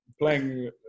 playing